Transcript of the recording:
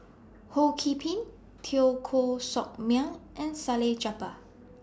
Ho Key Ping Teo Koh Sock Miang and Salleh Japar